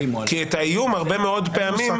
כי האיום הרבה מאוד פעמים,